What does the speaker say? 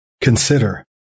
Consider